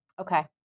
Okay